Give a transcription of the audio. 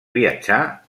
viatjar